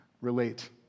relate